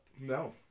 no